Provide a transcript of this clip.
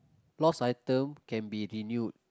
lost item can be renewed